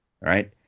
right